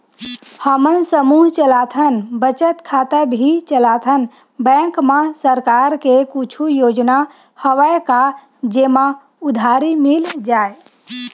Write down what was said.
हमन समूह चलाथन बचत खाता भी चलाथन बैंक मा सरकार के कुछ योजना हवय का जेमा उधारी मिल जाय?